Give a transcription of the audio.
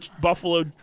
buffalo